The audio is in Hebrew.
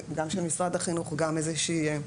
גם של משרד החינוך וגם איזה שהיא,